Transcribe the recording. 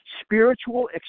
spiritual